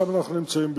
שם אנחנו נמצאים בדיוק.